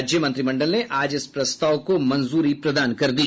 राज्य मंत्रिमंडल ने आज इस प्रस्ताव को मंजूरी प्रदान कर दी